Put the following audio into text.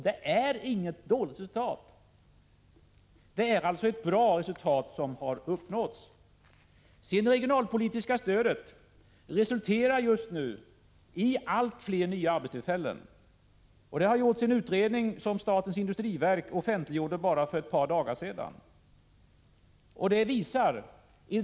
Det är inget dåligt resultat — det är alltså ett bra resultat som har uppnåtts. Det regionalpolitiska stödet resulterar just nu i allt fler nya arbetstillfällen. Det har gjorts en utredning som statens industriverk offentliggjorde för bara ett par dagar sedan.